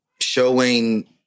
Showing